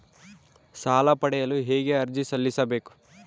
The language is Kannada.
ಸಾಲ ಪಡೆಯಲು ಹೇಗೆ ಅರ್ಜಿ ಸಲ್ಲಿಸಬೇಕು?